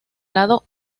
lado